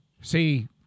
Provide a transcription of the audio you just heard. see